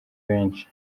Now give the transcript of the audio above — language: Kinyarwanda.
benshi